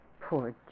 Poor